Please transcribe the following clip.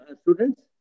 students